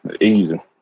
Easy